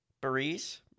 breeze